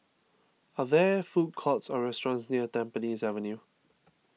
are there food courts or restaurants near Tampines Avenue